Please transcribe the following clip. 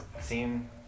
seem